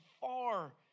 far